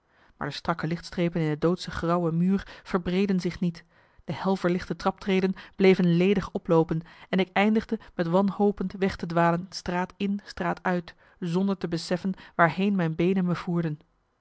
maar de strakke lichtstrepen in de doodsch grauwe muur verbreedden zich niet de hel verlichte traptreden bleven ledig oploopen en ik eindigde met wanhopend weg te dwalen straat in straat uit zonder te beseffen waarheen mijn beenen me voerden